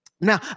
Now